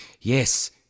yes